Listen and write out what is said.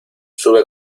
sube